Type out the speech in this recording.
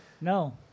No